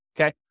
Okay